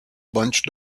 bunched